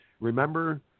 Remember